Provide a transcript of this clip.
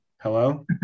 Hello